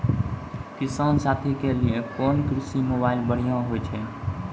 किसान साथी के लिए कोन कृषि मोबाइल बढ़िया होय छै?